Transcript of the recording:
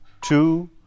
two